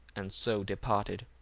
and so departed.